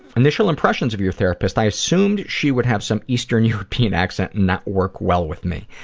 initial impressions of your therapist. i assumed she would have some eastern-european accent and not work well with me.